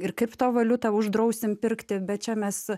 ir kaiptovaliutą uždrausim pirkti bet čia mes